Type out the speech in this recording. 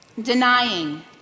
denying